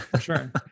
Sure